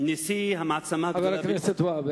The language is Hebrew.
חבר הכנסת מגלי והבה,